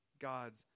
God's